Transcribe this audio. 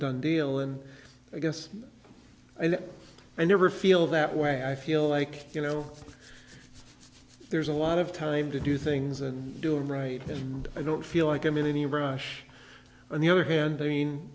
done deal and i guess i never feel that way i feel like you know there's a lot of time to do things and doing right and i don't feel like i'm in any rush on the other hand i